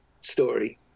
story